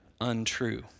untrue